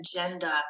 agenda